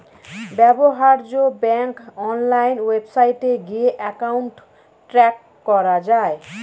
ব্যবহার্য bank online ওয়েবসাইটে গিয়ে অ্যাকাউন্ট ট্র্যাক করা যায়